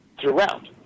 throughout